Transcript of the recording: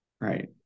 right